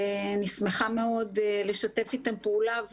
ואני שמחה מאוד לשתף איתם פעולה.